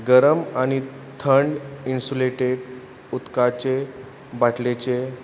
गरम आनी थंड इन्सुलेटेड उदकाचे बाटलेचे